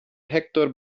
hector